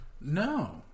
No